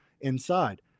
inside